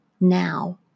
now